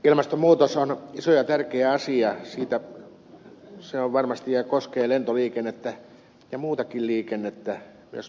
ilmastonmuutos on iso ja tärkeä asia se on varmasti ja koskee lentoliikennettä ja muutakin liikennettä myös meriliikennettä